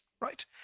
right